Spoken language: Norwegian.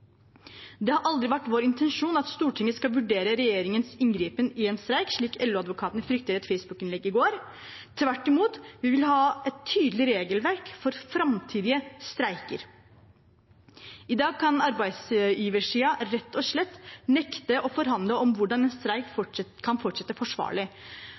Det har aldri vært vår intensjon at Stortinget skal vurdere regjeringens inngripen i en streik, slik LO-advokatene frykter i et facebookinnlegg i går. Tvert imot – vi vil ha et tydelig regelverk for framtidige streiker. I dag kan arbeidsgiversiden rett og slett nekte å forhandle om hvordan en streik kan fortsette forsvarlig.